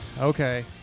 okay